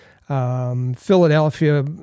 Philadelphia